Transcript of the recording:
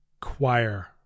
choir